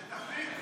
שתחליט,